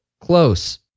close